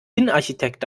innenarchitekt